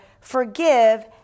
Forgive